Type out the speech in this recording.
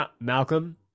Malcolm